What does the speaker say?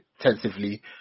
intensively